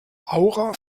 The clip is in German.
aura